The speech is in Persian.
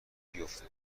بیفته